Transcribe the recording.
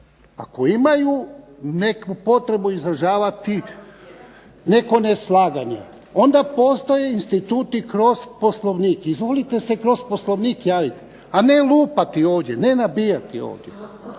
ako imaju neku potrebu izražavati neko neslaganje onda postoje instituti kroz Poslovnik. Izvolite se kroz Poslovnik javiti, a ne lupati ovdje, ne nabijati ovdje.